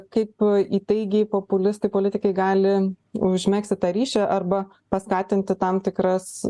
kaip įtaigiai populistai politikai gali užmegzti tą ryšį arba paskatinti tam tikras